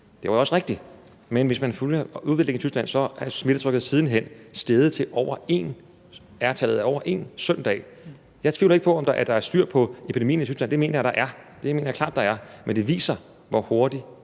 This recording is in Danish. Det var også rigtigt. Men hvis man følger udviklingen i Tyskland, kan man se, at smittetrykket siden hen er steget, så R-tallet her søndag er over 1. Jeg tvivler ikke på, at der er styr på epidemien i Tyskland. Det mener jeg klart at der er. Men det viser, hvor hurtigt